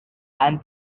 and